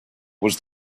was